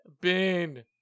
Ben